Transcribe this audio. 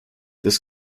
this